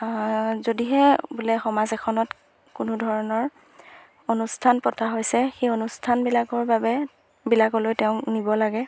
যদিহে বোলে সমাজ এখনত কোনো ধৰণৰ অনুষ্ঠান পতা হৈছে সেই অনুষ্ঠানবিলাকৰ বাবে বিলাকলৈ তেওঁ নিব লাগে